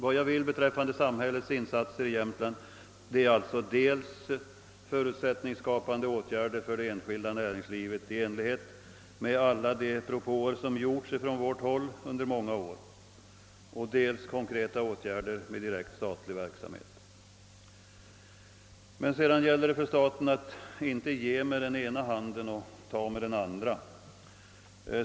Vad jag vill när det gäller samhällets insatser i Jämtland är alltså dels att förutsättningsskapande åtgärder vidtages för det enskilda näringslivet i enlighet med alla de framstötar som gjorts från vårt håll under många år, dels att konkreta åtgärder vidtages med direkt statlig verksamhet. Men sedan gäller det för staten att inte ge med den ena handen och ta med den andra.